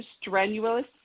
strenuous